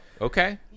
okay